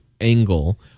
angle